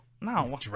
No